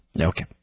Okay